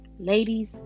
ladies